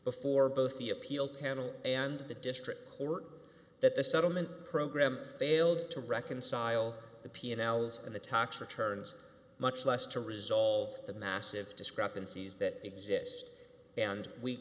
before both the appeal panel and the district court that the settlement program failed to reconcile the piano's and the taj returns much less to resolve the massive discrepancies that exist and we